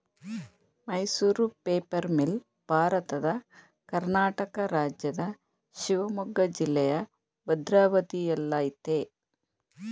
Mysuru paper mill ಭಾರತದ ಕರ್ನಾಟಕ ರಾಜ್ಯದ ಶಿವಮೊಗ್ಗ ಜಿಲ್ಲೆಯ ಭದ್ರಾವತಿಯಲ್ಲಯ್ತೆ